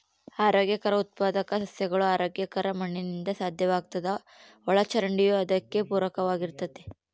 ಆರೋಗ್ಯಕರ ಉತ್ಪಾದಕ ಸಸ್ಯಗಳು ಆರೋಗ್ಯಕರ ಮಣ್ಣಿನಿಂದ ಸಾಧ್ಯವಾಗ್ತದ ಒಳಚರಂಡಿಯೂ ಅದಕ್ಕೆ ಪೂರಕವಾಗಿರ್ತತೆ